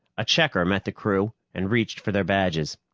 a checker met the crew and reached for their badges.